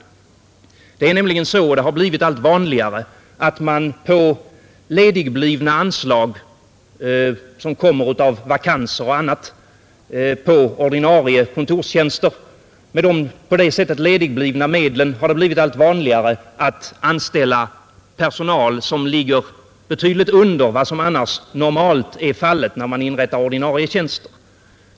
Det har nämligen blivit allt vanligare att man när det uppstår vakanser på ordinarie kontorstjänster anställer personal i betydligt lägre lönegrad än vad som normalt är fallet när man inrättar ordinarie tjänster.